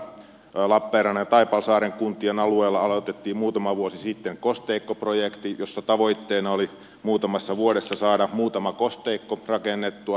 lappeenrannan ja taipalsaaren kuntien alueella aloitettiin muutama vuosi sitten kosteikkoprojekti jossa tavoitteena oli muutamassa vuodessa saada muutama kosteikko rakennettua